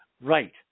right